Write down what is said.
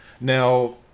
Now